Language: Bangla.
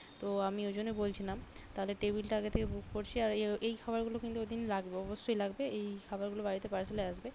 তো আমি ওই জন্যই বলছিলাম তাহলে টেবিলটা আগে থেকে বুক করছি আর এই এই খাবারগুলো কিন্তু ওই দিন লাগবে অবশ্যই লাগবে এই খাবারগুলো বাড়িতে পার্সেলে আসবে